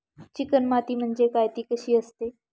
Chicken माती म्हणजे काय? ति कशी असते?